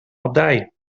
abdij